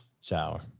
Shower